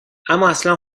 امااصلا